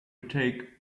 take